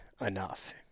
enough